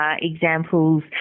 examples